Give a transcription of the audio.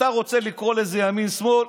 "אתה רוצה לקרוא לזה ימין שמאל?